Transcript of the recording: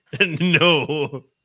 No